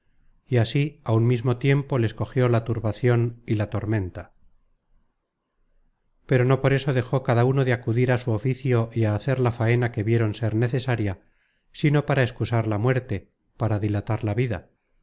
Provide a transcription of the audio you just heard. y así á un mismo tiempo les cogió la turbacion y la tormenta pero no por esto dejó cada uno de acudir á su oficio y á hacer la faena que vieron ser necesaria si no para excu content from google book search generated at sar la muerte para dilatar la vida